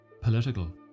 political